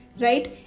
right